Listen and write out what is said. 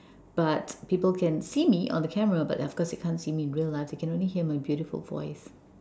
but people can see me on a camera but of course they can't see me in real life they can only hear my beautiful voice